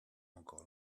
encore